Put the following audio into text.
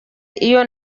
iyo